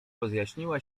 rozjaśniła